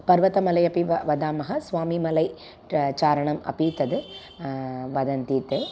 पर्वतमले अपि व वदामः स्वामिमलै ट चारणम् अपि तद् वदन्ति ते